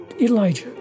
Elijah